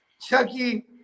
Chucky